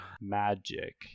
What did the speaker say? Magic